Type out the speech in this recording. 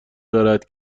دارد